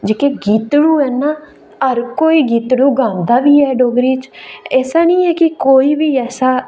जेहके गीतड़ू हैन ना हर कोई गीतड़ू गांदा बी है डोगरी च ऐसा नेईं हे कोई बी ऐसा